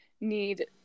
need